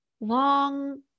long